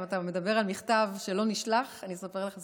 אם אתה מדבר על מכתב שלא נשלח, אני אספר לך סיפור.